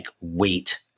weight